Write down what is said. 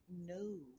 no